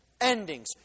endings